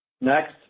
Next